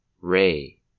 ray